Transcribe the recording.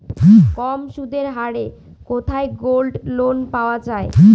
কম সুদের হারে কোথায় গোল্ডলোন পাওয়া য়ায়?